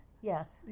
yes